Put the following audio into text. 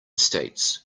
states